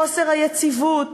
חוסר היציבות,